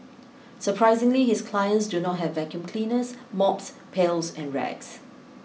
surprisingly his clients do not have vacuum cleaners mops pails and rags